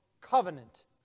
covenant